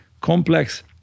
complex